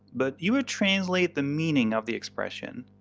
but you would translate the meaning of the expression.